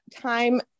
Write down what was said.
time